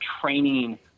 training